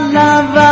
love